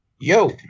Yo